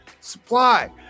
supply